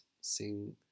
sing